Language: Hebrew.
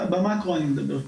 במאקרו אני מדבר,